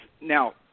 now –